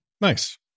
Nice